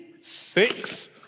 six